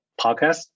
podcast